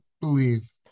believe